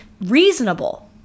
reasonable